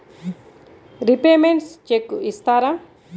Repayments check చేస్తారా?